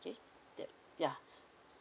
okay that ya